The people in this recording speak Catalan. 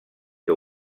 que